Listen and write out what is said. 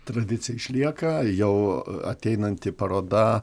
tradicija išlieka jau ateinanti paroda